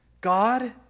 God